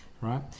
right